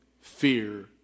fear